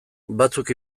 batzuk